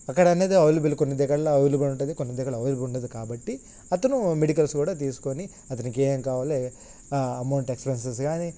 అక్కడ అనేది అవైలబుల్ కొన్ని దగ్గరలో అవైలబుల్ ఉంటుంది కొన్ని దగ్గరలో అవైలబుల్ ఉండదు కాబట్టి అతను మెడికల్స్ కూడా తీసుకుని అతనికి ఏమేమి కావాలి అమౌంట్ ఎక్స్పెన్సెస్ కానీ